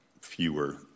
fewer